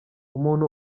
umuntu